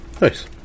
nice